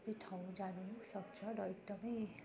सब ठाउँ जानु सक्छ र एकदम